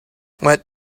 what